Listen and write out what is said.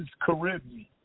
Caribbean